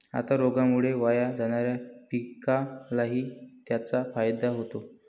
आता रोगामुळे वाया जाणाऱ्या पिकालाही त्याचा फायदा होतो